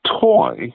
toy